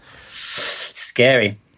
Scary